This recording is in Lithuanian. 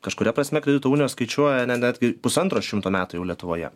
kažkuria prasme kredito unijos skaičiuoja netgi pusantro šimto metų jau lietuvoje